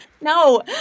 No